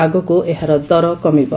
ଆଗକୁ ଏହାର ଦର କମିବ